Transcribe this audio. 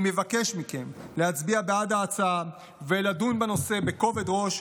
אני מבקש מכם להצביע בעד ההצעה ולדון בנושא בכובד ראש,